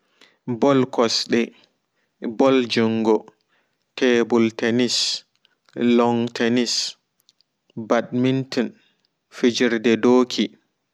Boll kosde ɓoll jungo teɓul tennis long tennis ɓatmintin fijirde doki